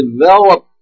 develop